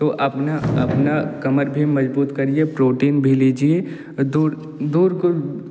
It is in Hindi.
तो अपना अपनी कमर भी मज़बूत करिए प्रोटीन भी लीजिए दूर दूर को